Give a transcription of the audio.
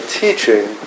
teaching